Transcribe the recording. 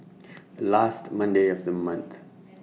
last Monday of The month